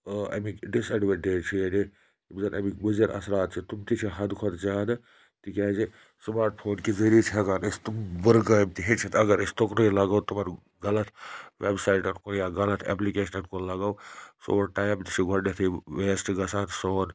اَمِکۍ disadvantage چھِ یعنے یِم زَن اَمِکۍ مُضِر اثرات چھِ تٕم تہِ چھِ حَدٕ کھۄتہٕ زیادٕ تِکیٛازِ سٕماٹ فونکہِ ذٔریہِ چھِ ہٮ۪کان أسۍ تٕم بُرٕ کامہِ تہِ ہیٚچھِتھ اگر أسۍ تُکنُے لَگو تمَن غلط وٮ۪بسایٹَن کُن یا غلط اٮ۪پلِکیشَنَن کُن لَگو سون ٹایِم تہِ چھِ گۄڈنٮ۪تھٕے ویسٹہٕ گژھان سون